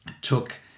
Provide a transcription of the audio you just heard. took